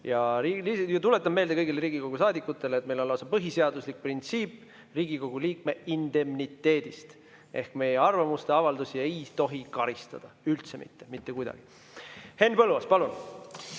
Ja tuletan meelde kõigile Riigikogu saadikutele, et meil on lausa põhiseaduslik printsiip Riigikogu liikme indemniteedist ehk meie arvamuste avaldusi ei tohi karistada, üldse mitte, mitte kuidagi. Henn Põlluaas, palun!